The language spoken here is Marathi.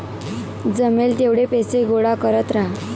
जमेल तेवढे पैसे गोळा करत राहा